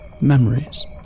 Memories